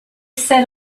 set